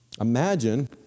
imagine